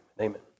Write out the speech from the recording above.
Amen